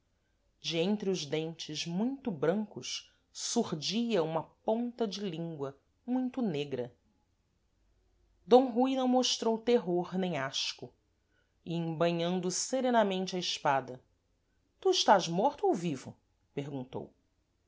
de entre os dentes muito brancos surdia uma ponta de língua muito negra d rui não mostrou terror nem asco e embainhando serenamente a espada tu estás morto ou vivo perguntou